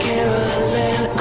Carolyn